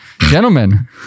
Gentlemen